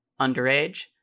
underage